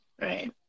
right